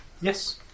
Yes